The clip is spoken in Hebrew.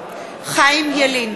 בעד חיים ילין,